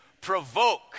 provoke